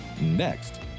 next